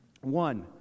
One